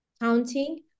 counting